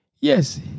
Yes